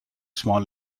small